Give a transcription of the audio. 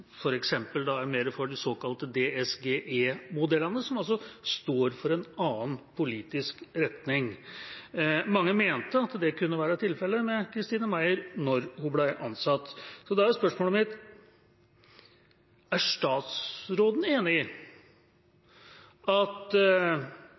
er mer for de såkalte DSGE-modellene, og som står for en annen politisk retning. Mange mente at det kunne være tilfellet med Christine Meyer – da hun ble ansatt. Da er spørsmålet mitt: Er statsråden enig i